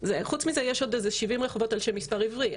חוץ מזה יש עוד איזה 50 רחובות על שם מספר עברי,